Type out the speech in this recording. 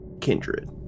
kindred